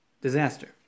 Disaster